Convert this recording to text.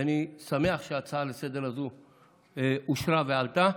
ואני שמח שהצעה לסדר-היום הזו אושרה ועלתה,